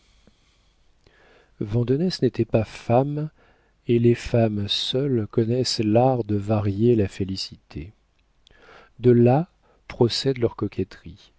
vandenesse n'était pas femme et les femmes seules connaissent l'art de varier la félicité de là procèdent leur coquetterie